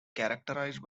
characterized